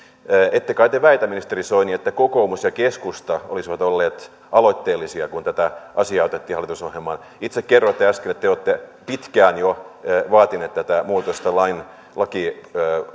ette kai te väitä ministeri soini että kokoomus ja keskusta olisivat olleet aloitteellisia kun tätä asiaa otettiin hallitusohjelmaan itse kerroitte äsken että te olette pitkään jo vaatineet tätä muutosta laki